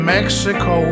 Mexico